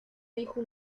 dijo